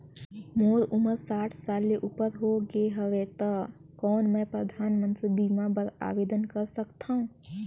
मोर उमर साठ साल ले उपर हो गे हवय त कौन मैं परधानमंतरी बीमा बर आवेदन कर सकथव?